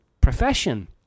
profession